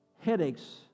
headaches